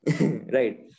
Right